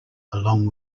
along